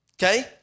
Okay